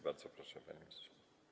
Bardzo proszę, panie ministrze.